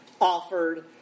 offered